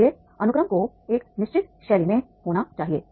इसलिए अनुक्रम को एक निश्चित शैली में होना चाहिए